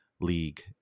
league